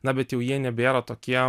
na bet jau jie nebėra tokie